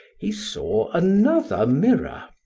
he saw another mirror,